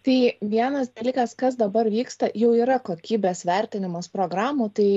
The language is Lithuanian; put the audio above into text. tai vienas dalykas kas dabar vyksta jau yra kokybės vertinimas programų tai